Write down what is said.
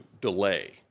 delay